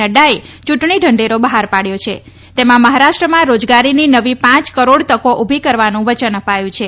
નફાચે યૂંટણી ઢંઢેરો બહાર પાડથો છે તેમાં મહારાષ્ટ્રમાં રોજગારીની નવી પાંચ કરોડ તકો ઉભી કરવાનું વચન અપાયું છે